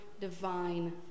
divine